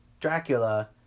Dracula